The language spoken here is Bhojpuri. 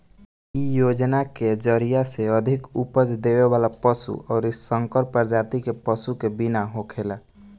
इ योजना के जरिया से अधिका उपज देवे वाला पशु अउरी संकर प्रजाति के पशु के बीमा होखेला